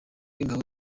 w’ingabo